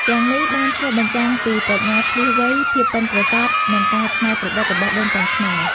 ទាំងនេះបានឆ្លុះបញ្ចាំងពីប្រាជ្ញាឈ្លាសវៃ ភាពប៉ិនប្រសប់ និងការច្នៃប្រឌិតរបស់ដូនតាខ្មែរ។